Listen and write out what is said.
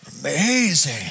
Amazing